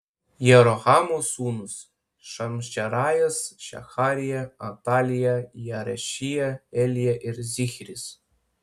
jerohamo sūnūs šamšerajas šeharija atalija jaarešija elija ir zichris